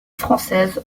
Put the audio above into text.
françaises